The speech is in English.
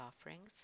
offerings